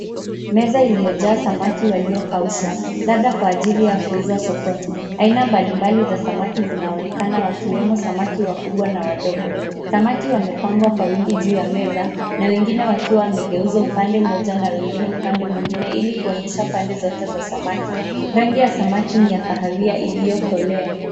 Meza iliyojaa samaki waliokaushwa labda kwa ajili ya kuuzwa sokoni, aina mbali mbali za samaki zinaonekana wakiwemo samaki wakubwa na wadogo. Samaki wamepangwa kwa wingi juu ya meza na wengine wakiwa wamegeuzwa upande mmoja na wengine upande mwingine ili kuonyesha pande zote za samaki .Rangi ya samaki ni ya kahawia iliokolea.